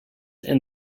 and